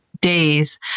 days